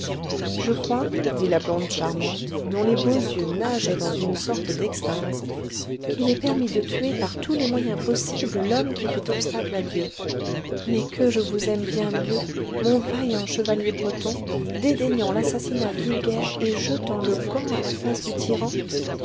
je crois dit la blonde charmante dont les beaux yeux nageaient dans une sorte d'extase qu'il est permis de tuer par tous les moyens possibles l'homme qui fait obstacle à dieu mais que je vous aime bien mieux mon vaillant chevalier breton dédaignant l'assassinat vulgaire et jetant le gant à la face du tyran